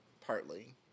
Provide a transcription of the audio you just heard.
Partly